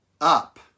up